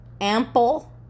ample